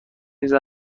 نیز